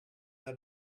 naar